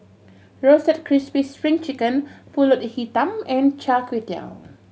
Roasted Crispy Spring Chicken Pulut Hitam and Char Kway Teow